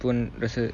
pun rasa